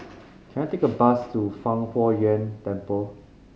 can I take a bus to Fang Huo Yuan Temple